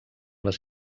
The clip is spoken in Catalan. les